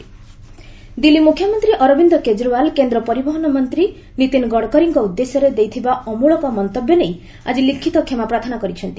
court Kejriwal Delhi ମୁଖ୍ୟମନ୍ତ୍ରୀ ଅରବିନ୍ଦ କେଜରିୱାଲ୍ କେନ୍ଦ୍ର ପରିବହନ ମନ୍ତ୍ରୀ ନୀତିନ ଗଡ଼କରୀଙ୍କ ଉଦ୍ଦେଶ୍ୟରେ ଦେଇଥିବା ଅମଳକ ମନ୍ତବ୍ୟ ନେଇ ଆଜି ଲିଖିତ କ୍ଷମାପ୍ରାର୍ଥନା କରିଛନ୍ତି